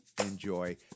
enjoy